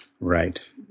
Right